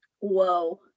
Whoa